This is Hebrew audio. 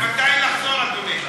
מתי לחזור, אדוני?